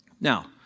Now